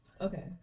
Okay